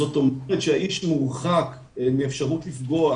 זאת אומרת שהאיש מורחק מהאפשרות לפגוע,